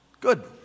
Good